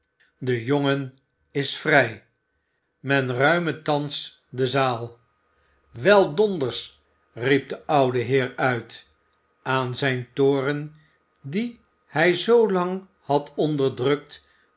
de jongen is vrij men ruime thans de zaal wel donders riep de oude heer uit aan zijn toorn die hij zoo lang had onderdrukt